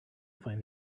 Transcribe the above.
find